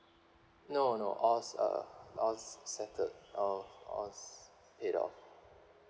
no no all are all settled all all paid off